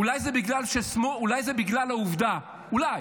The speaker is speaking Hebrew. אולי זה בגלל העובדה, אולי,